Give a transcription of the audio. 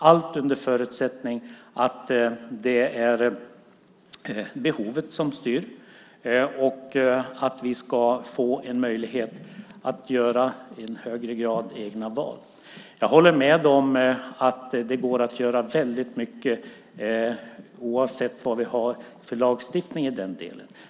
Allt under förutsättning att det är behovet som styr och att vi ska få en möjlighet att göra egna val i högre grad. Jag håller med om att det går att göra väldigt mycket oavsett vad vi har för lagstiftning i den delen.